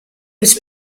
was